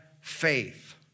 faith